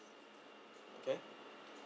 okay